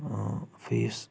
fees